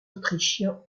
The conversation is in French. autrichiens